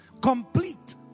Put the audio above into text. complete